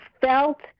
felt